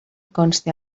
consti